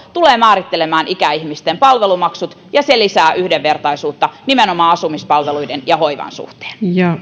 tulee määrittelemään ikäihmisten palvelumaksut ja se lisää yhdenvertaisuutta nimenomaan asumispalveluiden ja hoivan suhteen